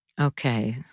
Okay